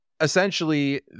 essentially